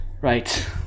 Right